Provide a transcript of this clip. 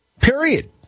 period